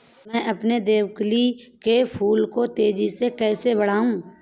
मैं अपने देवकली के फूल को तेजी से कैसे बढाऊं?